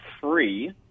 free